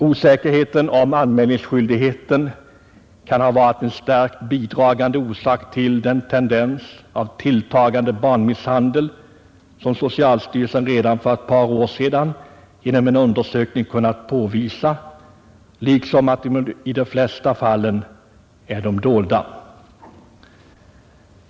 Osäkerheten om anmälningsskyldigheten kan ha varit en starkt bidragande orsak till den tendens till den tilltagande barnmisshandel som socialstyrelsen redan för ett par år sedan genom en undersökning kunde 41 påvisa — liksom att de flesta fallen är de dolda.